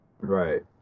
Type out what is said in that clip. right